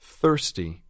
thirsty